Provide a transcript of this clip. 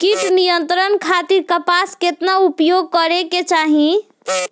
कीट नियंत्रण खातिर कपास केतना उपयोग करे के चाहीं?